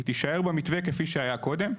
היא תישאר במתווה כפי שהיה קודם.